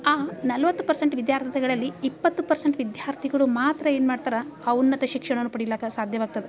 ಆ ನಲವತ್ತು ಪರ್ಸೆಂಟ್ ವಿದ್ಯಾರ್ಥಿಗಳಲ್ಲಿ ಇಪ್ಪತ್ತು ಪರ್ಸೆಂಟ್ ವಿದ್ಯಾರ್ಥಿಗಳು ಮಾತ್ರ ಏನು ಮಾಡ್ತಾರೆ ಆ ಉನ್ನತ ಶಿಕ್ಷಣವನ್ನು ಪಡಿಲಾಕ ಸಾಧ್ಯವಾಗ್ತದೆ